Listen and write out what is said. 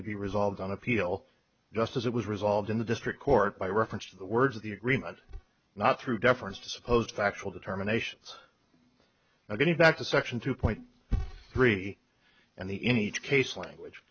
to be resolved on appeal just as it was resolved in the district court by reference to the words of the agreement not through deference to supposed factual determinations now going back to section two point three and the in each case language